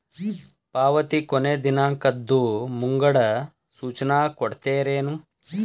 ಪಾವತಿ ಕೊನೆ ದಿನಾಂಕದ್ದು ಮುಂಗಡ ಸೂಚನಾ ಕೊಡ್ತೇರೇನು?